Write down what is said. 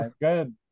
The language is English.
good